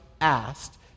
asked